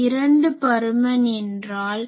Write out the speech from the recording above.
இரண்டு பருமன் என்றால் என்ன